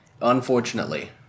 Unfortunately